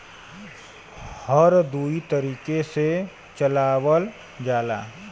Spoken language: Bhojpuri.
हर दुई तरीके से चलावल जाला